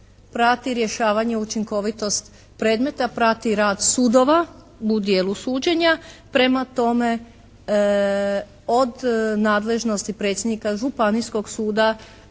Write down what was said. prati rješavanje i učinkovitost predmeta, prati rad sudova u dijelu suđenja. Prema tome, od nadležnosti predsjednika Županijskog suda